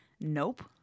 Nope